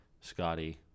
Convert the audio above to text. Scotty